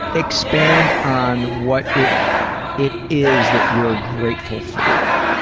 expand on what it it is that you're grateful for.